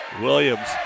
Williams